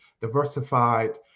diversified